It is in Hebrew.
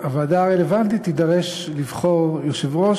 הוועדה הרלוונטית תידרש לבחור יושב-ראש